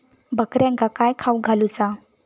बकऱ्यांका काय खावक घालूचा?